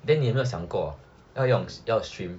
then 你有没有想过要用要 stream